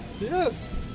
Yes